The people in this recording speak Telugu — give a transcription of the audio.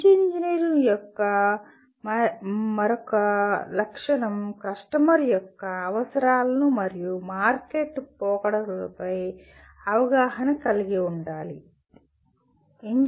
మంచి ఇంజనీర్ యొక్క మరొక లక్షణం కస్టమర్ యొక్క అవసరాలు మరియు మార్కెట్ పోకడలపై అవగాహన కలిగి ఉండటం